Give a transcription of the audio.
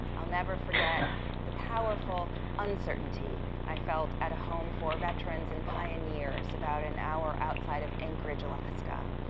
i will never forget the powerful uncertainty i felt at a home for veterans and pioneers about an hour outside of anchorage alaska,